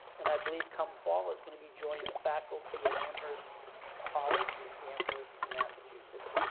and i believe, come fall, is going to be joining the faculty at amherst college in amherst, massachusetts.